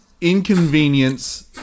inconvenience